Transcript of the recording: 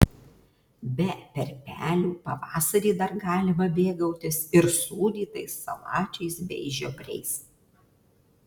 be perpelių pavasarį dar galima mėgautis ir sūdytais salačiais bei žiobriais